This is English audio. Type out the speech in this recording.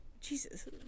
Jesus